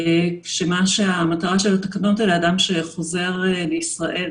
שמטרתן היא: אדם שחוזר לישראל